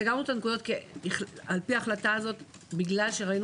סגרנו את הנקודות לפי ההחלטה הזו כי ראינו